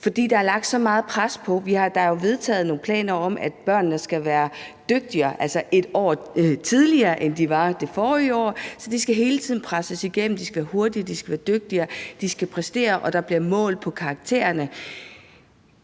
– at der er lagt så meget pres på. Der er jo vedtaget nogle planer om, at børnene skal være dygtigere et år tidligere, end de var det forrige år, så de skal hele tiden presses igennem – de skal være hurtigere, de skal være dygtigere, de skal præstere, og der bliver målt på karaktererne.